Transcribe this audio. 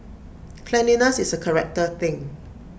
cleanliness is A character thing